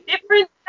different